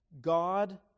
God